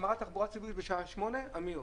נגמרה התחבורה הציבורית בשעה 20:00, אמיר?